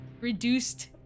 reduced